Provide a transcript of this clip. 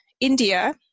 India